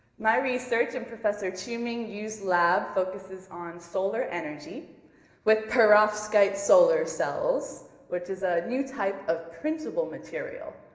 my research in professor qiuming yu's lab focuses on solar energy with perovskite solar cells which is a new type of printable material.